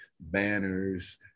banners